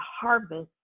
harvest